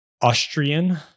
austrian